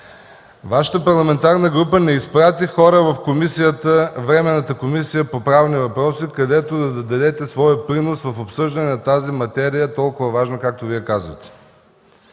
Вашата парламентарна група не изпрати хора във Временната комисия по правни въпроси, където да дадете своя принос в обсъждането на тази толкова важна материя, както Вие казвате.